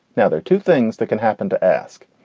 now they're two things that can happen to ask.